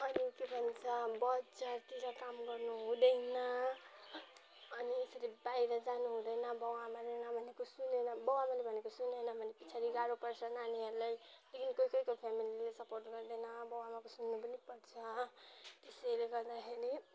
अनि के भन्छ बजारतिर काम गर्नु हुँदैन अनि यसरी बाहिर जानु हुँदैन बाउ आमाले नभनेको सुनेन बाउ आमाले भनेको सुनेन भने पछाडि गाह्रो पर्छ नानीहरूलाई लेकिन कोही कोहीको फेमिलीले सपोर्ट गर्दैन बाउ आमााको सुन्नु पनि पर्छ त्यसैले गर्दाखेरि